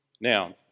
Now